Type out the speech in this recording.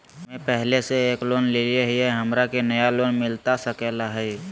हमे पहले से एक लोन लेले हियई, हमरा के नया लोन मिलता सकले हई?